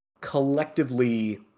collectively